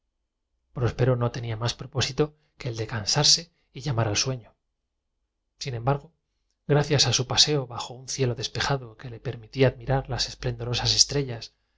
banquero cogía maquinalmente la botella y que cansarse y llamar al sueño sin embargo gracias a su paseo bajo un ésta hallábase vacía cielo despejado que le ijermitía admirar las esplendorosas estrellas